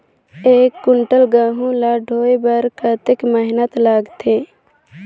एक कुंटल गहूं ला ढोए बर कतेक मेहनत लगथे?